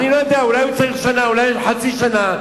אני לא יודע, אולי הוא צריך שנה, אולי חצי שנה.